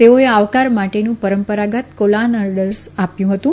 તેઓએ આવકાર માટેનું પરંપરાગત કોલાનર્ડસ આપ્યું હતું